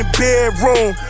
bedroom